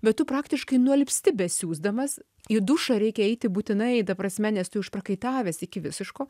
bet tu praktiškai nualpsti besiusdamas į dušą reikia eiti būtinai ta prasme nes tu išprakaitavęs iki visiško